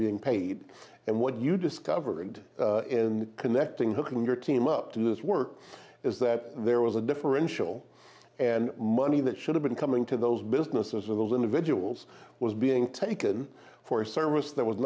being paid and what you discovered in connecting hooking your team up to this work is that there was a differential and money that should have been coming to those businesses or those individuals was being taken for service there was